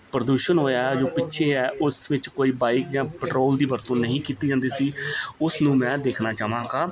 ਪ੍ਰਦੂਸ਼ਣ ਹੋਇਆ ਜੋ ਪਿੱਛੇ ਹੈ ਉਸ ਵਿੱਚ ਕੋਈ ਬਾਈਕ ਜਾਂ ਪੈਟਰੋਲ ਦੀ ਵਰਤੋਂ ਨਹੀਂ ਕੀਤੀ ਜਾਂਦੀ ਸੀ ਉਸ ਨੂੰ ਮੈਂ ਦੇਖਣਾ ਚਾਹਾਂਗਾ